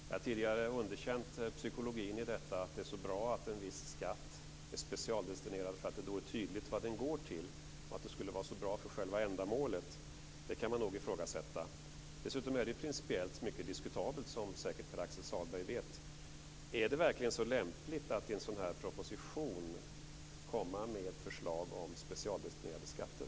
Jag har tidigare underkänt psykologin i att det är så bra att en viss skatt är specialdestinerad därför att det då är tydligt vad den går till och att det skulle vara så bra för själva ändamålet. Det kan man nog ifrågasätta. Dessutom är det principiellt mycket diskutabelt, som Pär Axel Sahlberg säkert vet. Är det verkligen så lämpligt att i en sådan proposition komma med förslag om specialdestinerade skatter?